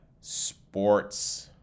sports